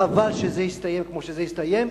חבל שזה הסתיים כמו שזה הסתיים.